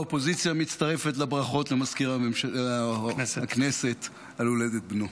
האופוזיציה מצטרפת לברכות למזכיר הכנסת על הולדת בנו.